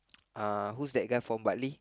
uh who's that guy from Bali